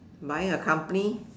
buying a company